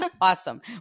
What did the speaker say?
Awesome